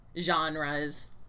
genres